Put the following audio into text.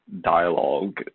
dialogue